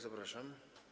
Zapraszam.